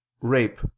rape